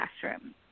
classroom